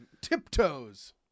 tiptoes